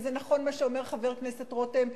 וזה נכון מה שאומר חבר הכנסת רותם,